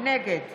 נגד